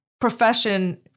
profession